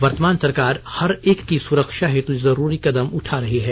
वर्तमान सरकार हर एक की सुरक्षा हेतु जरूरी कदम उठा रही है